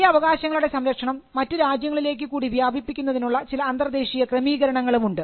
ഈ അവകാശങ്ങളുടെ സംരക്ഷണം മറ്റു രാജ്യങ്ങളിലേക്ക് കൂടി വ്യാപിപ്പിക്കുന്നതിനുള്ള ചില അന്തർദേശീയ ക്രമീകരണങ്ങളും ഉണ്ട്